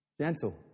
gentle